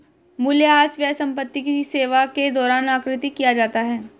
मूल्यह्रास व्यय संपत्ति की सेवा के दौरान आकृति किया जाता है